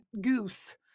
goose